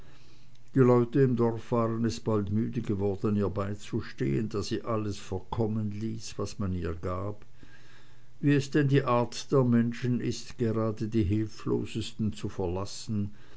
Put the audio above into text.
die leute im dorf waren es bald müde geworden ihr beizustehen da sie alles verkommen ließ was man ihr gab wie es denn die art der menschen ist gerade die hülflosesten zu verlassen